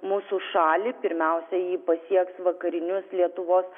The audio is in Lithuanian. mūsų šalį pirmiausiai ji pasieks vakarinius lietuvos